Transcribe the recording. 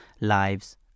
Lives